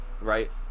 right